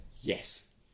Yes